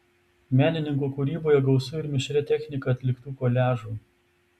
menininko kūryboje gausu ir mišria technika atliktų koliažų